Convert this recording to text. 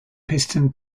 piston